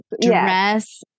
Dress